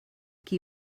qui